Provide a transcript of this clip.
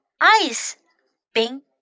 ice,冰